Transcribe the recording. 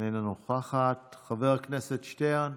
איננה נוכחת, חבר הכנסת שטרן,